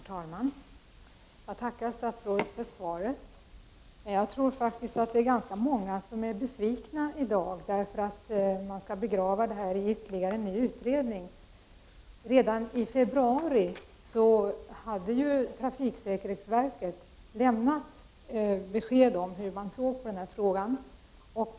Herr talman! Jag tackar statsrådet för svaret. Men jag tror faktiskt att det är ganska många som är besvikna i dag, därför att man nu skall begrava detta i ytterligare en utredning. Redan i februari hade trafiksäkerhetsverket lämnat besked om hur man såg på denna fråga.